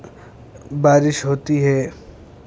بارش ہوتی ہے